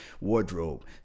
wardrobe